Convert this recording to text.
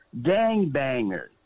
gangbangers